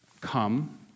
come